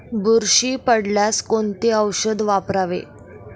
बुरशी पडल्यास कोणते औषध वापरावे?